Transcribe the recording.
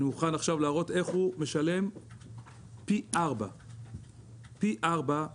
אני מוכן להראות איך הוא משלם פי ארבעה במחיר,